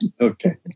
Okay